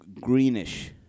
Greenish